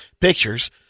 pictures